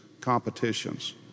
competitions